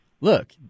look